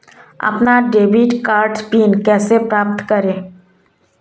अपना debit card PIN कैसे प्राप्त करें?